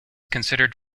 considered